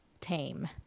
tame